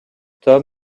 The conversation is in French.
tom